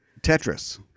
Tetris